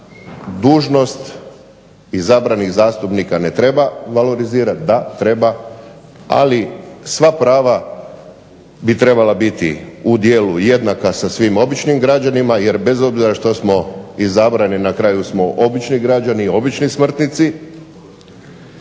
dužnost izabranih zastupnika ne treba valorizirati, da treba, ali sva prava bi trebala biti u dijelu jednaka sa svim običnim građanima jer bez obzira što smo izabrani na kraju smo obični građani, obični smrtnici,